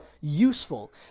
useful